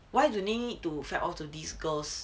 why do you need to fap onto these girls